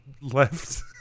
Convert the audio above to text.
left